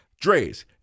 Dre's